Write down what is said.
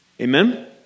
Amen